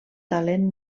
talent